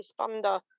responder